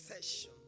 session